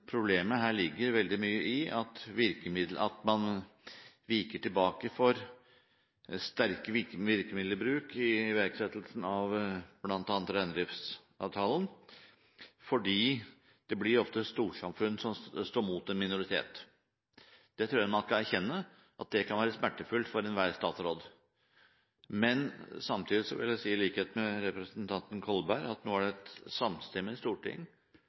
man viker tilbake for sterk virkemiddelbruk i iverksettelsen av bl.a. reindriftsavtalen, fordi det ofte blir et storsamfunn som står mot en minoritet. Jeg tror nok man må erkjenne at det kan være smertefullt for enhver statsråd. Samtidig vil jeg si, i likhet med representanten Kolberg, at nå er det et samstemmig storting